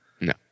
No